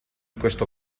questo